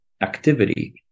activity